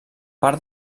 part